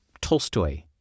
Tolstoy